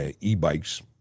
e-bikes